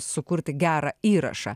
sukurti gerą įrašą